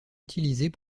utilisées